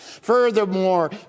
Furthermore